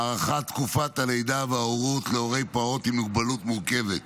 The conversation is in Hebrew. הארכת תקופת הלידה וההורות להורי פעוט עם מוגבלות מורכבת)